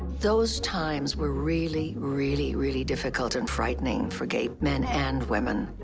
those times were really really really difficult and frightening for gay men and women.